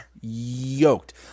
yoked